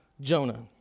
Jonah